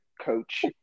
coach